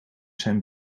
zijn